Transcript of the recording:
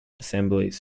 assemblies